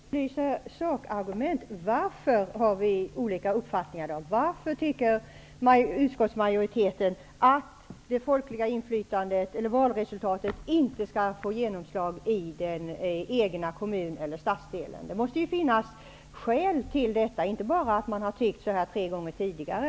Herr talman! Jag efterlyser sakargument. Varför har vi olika uppfattningar? Varför tycker utskottsmajoriteten att valresultatet inte skall få genomslag i den egna kommunen eller stadsdelen? Skälet till detta kan inte enbart vara att man tyckt så här tre gånger tidigare.